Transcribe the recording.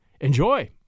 Enjoy